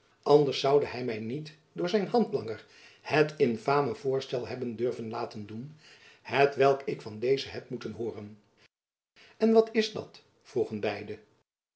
anders zoude hy my niet door zijn handlanger het infame voorstel hebben durven laten doen hetwelk ik van dezen heb moeten hooren en wat is dat vroegen beide